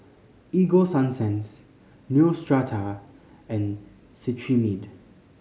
Ego Sunsense Neostrata and Cetrimide